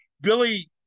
Billy